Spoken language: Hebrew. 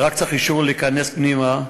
ורק צריך אישור להיכנס פנימה.